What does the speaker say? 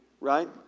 right